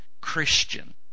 Christian